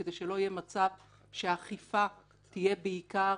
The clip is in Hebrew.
כדי שלא יהיה מצב שהאכיפה תהיה בעיקר